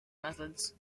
methods